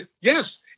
Yes